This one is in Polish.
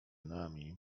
nami